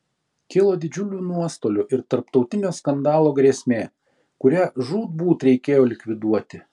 kilo didžiulių nuostolių ir tarptautinio skandalo grėsmė kurią žūtbūt reikėjo likviduoti